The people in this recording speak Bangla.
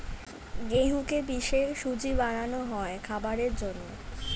গেহুকে পিষে সুজি বানানো হয় খাবারের জন্যে